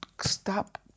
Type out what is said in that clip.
stop